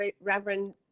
Reverend